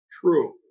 true